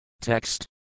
Text